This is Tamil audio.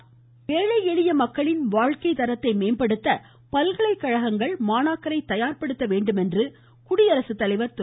ராம்நாத் கோவிந்த் ஏழை எளிய மக்களின் வாழ்க்கைத் தரத்தை மேம்படுத்த பல்கலைக்கழகங்கள் மாணாக்கரை தயார்படுத்த வேண்டுமென்று குடியரசுத் தலைவர் திரு